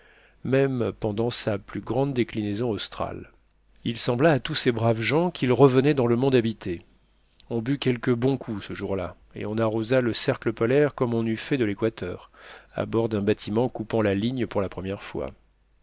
même pendant sa plus grande déclinaison australe il sembla à tous ces braves gens qu'ils revenaient dans le monde habité on but quelques bons coups ce jour-là et on arrosa le cercle polaire comme on eût fait de l'équateur à bord d'un bâtiment coupant la ligne pour la première fois